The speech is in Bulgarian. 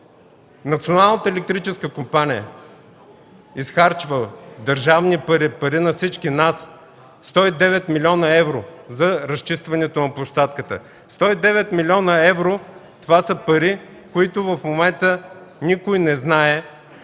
Националната електрическа компания изхарчва държавни пари, пари на всички нас – 109 млн. евро за разчистването на площадката. Сто и девет милиона евро – това са пари, на които никой в момента не знае